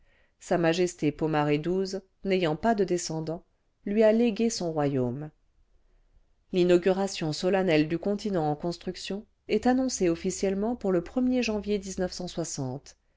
sa majesté pornaré xii n'ayant pas de descendants lui a légué son royaume l'inauguration solennelle du continent en construction est annoncée officiellement pour le er janvier